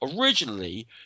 originally